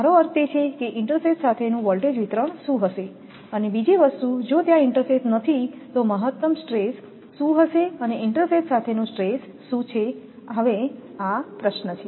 મારો અર્થ તે છે કે ઇન્ટરસેથ સાથેનું વોલ્ટેજ વિતરણ શું હશે અને બીજી વસ્તુ જો ત્યાં ઇન્ટરસેથ નથી તો મહત્તમ સ્ટ્રેસ શું હશે અને ઇન્ટરસેથ સાથેનો સ્ટ્રેસ શું છે હવે આ પ્રશ્ન છે